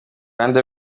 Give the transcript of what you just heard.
ruhande